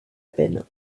peine